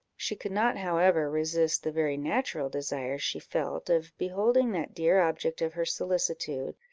she could not, however, resist the very natural desire she felt of beholding that dear object of her solicitude,